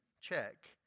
check